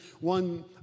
One